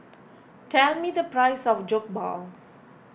tell me the price of Jokbal